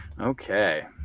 okay